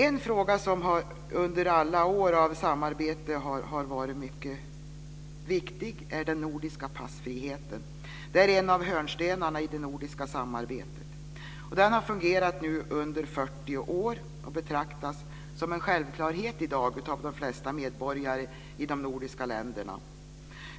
En fråga som under alla år av samarbete har varit mycket viktig är den nordiska passfriheten. Det är en av hörnstenarna i det nordiska samarbetet. Den har fungerat under 40 år och betraktas som en självklarhet i dag av flertalet medborgare i de nordiska länderna.